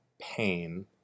pain